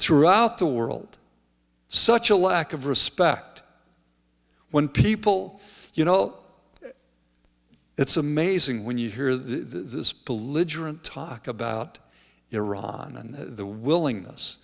throughout the world such a lack of respect when people you know it's amazing when you hear the this polygyny talk about iran and the willingness